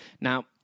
Now